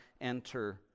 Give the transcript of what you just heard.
enter